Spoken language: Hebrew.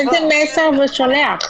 איזה מסר זה שולח,